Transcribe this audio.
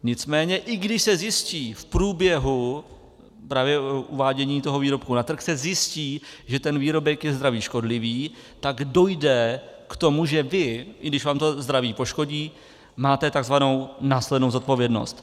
Nicméně i když se zjistí v průběhu právě uvádění toho výrobku na trh, že ten výrobek je zdraví škodlivý, tak dojde k tomu, že vy, i když vám to zdraví poškodí, máte takzvanou následnou zodpovědnost.